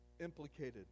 implicated